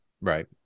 Right